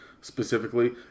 specifically